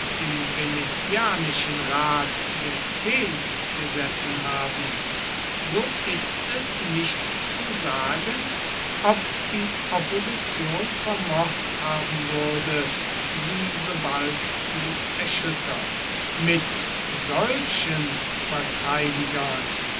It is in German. im venezianischen rat der zehn gesessen haben so ist es nicht zu sagen ob die opposition vermocht haben würde sie so bald zu erschüttern mit solchen verteidigern